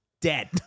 dead